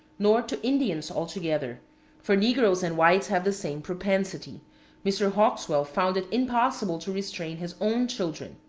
nor to indians altogether for negroes and whites have the same propensity mr. hauxwell found it impossible to restrain his own children.